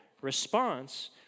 response